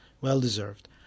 well-deserved